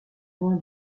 loin